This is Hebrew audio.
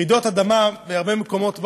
רעידות אדמה בהרבה מקומות בעולם,